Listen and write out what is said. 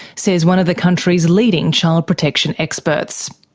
says one of the country's leading child protection experts.